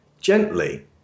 gently